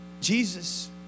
Jesus